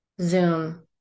Zoom